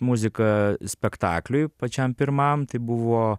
muzika spektakliui pačiam pirmam tai buvo